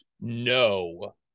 No